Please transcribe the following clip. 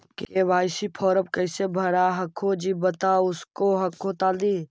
KYC फॉर्मा कैसे भरा हको जी बता उसको हको तानी?